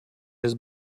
this